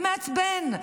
זה מעצבן,